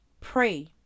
Pray